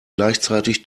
gleichzeitig